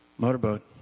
Motorboat